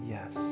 Yes